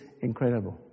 incredible